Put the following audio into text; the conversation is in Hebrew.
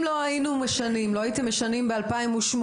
אם לא היינו משנים או יותר נכון אתם לא הייתם משנים בשנת 2008